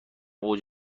اوج